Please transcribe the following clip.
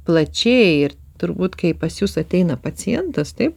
plačiai ir turbūt kai pas jus ateina pacientas taip